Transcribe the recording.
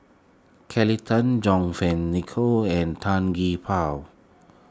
Kelly Tang John Nicoll and Tan Gee Paw